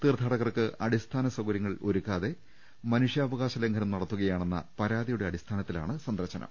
തീർത്ഥാടകർക്ക് അടിസ്ഥാന സൌക ര്യങ്ങൾ ഒരുക്കാതെ മനുഷ്യാവകാശ ലംഘനം നടത്തുകയാണെന്ന പരാതി യുടെ അടിസ്ഥാനത്തിലാണ് സന്ദർശനം